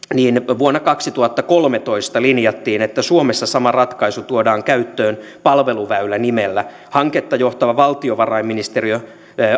vuonna kaksituhattakolmetoista linjattiin että suomessa sama ratkaisu tuodaan käyttöön palveluväylä nimellä hanketta johtava valtiovarainministeriö